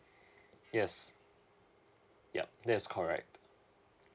yes yup that is correct